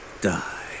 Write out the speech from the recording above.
die